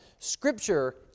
Scripture